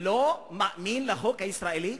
לא מאמין לחוק הישראלי?